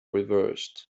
reversed